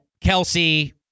Kelsey